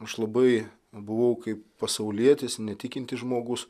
aš labai buvau kaip pasaulietis netikintis žmogus